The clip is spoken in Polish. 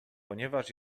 ponieważ